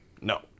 no